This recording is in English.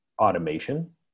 automation